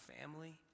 family